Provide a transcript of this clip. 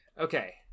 okay